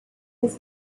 his